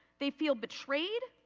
they feel betrayed.